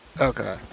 Okay